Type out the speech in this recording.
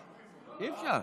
אי-אפשר.